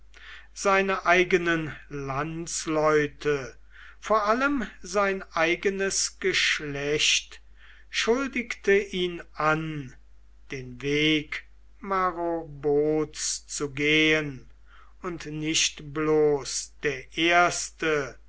seine eigenen landsleute vor allem sein eigenes geschlecht schuldigte ihn an den weg marobods zu gehen und nicht bloß der erste